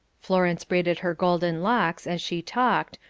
florence braided her golden locks as she talked,